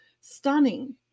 stunning